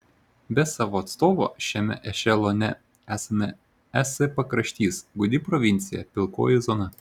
be savo atstovo šiame ešelone esame es pakraštys gūdi provincija pilkoji zona